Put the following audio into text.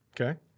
Okay